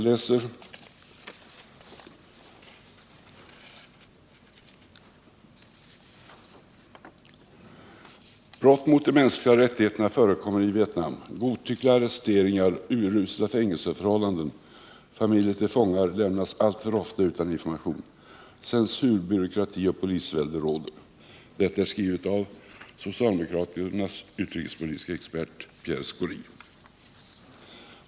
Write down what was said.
”Men brott mot de mänskliga rättigheterna förekommer i Vietnam: godtyckliga arresteringar, urusla fängelseförhållanden, familjer till fångar lämnas alltför ofta utan information. Censur, byråkrati och polisvälde råder.” Detta är skrivet av socialdemokraternas utrikespolitiske expert Pierre Schori.